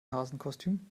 hasenkostüm